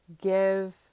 give